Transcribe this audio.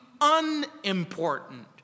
unimportant